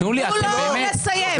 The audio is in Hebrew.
תנו לו לסיים.